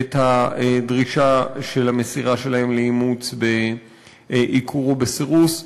את הדרישה של המסירה שלהם לאימוץ בעיקור או בסירוס.